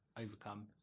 overcome